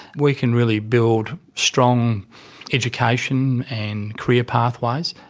we can really built strong education and career pathways,